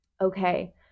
Okay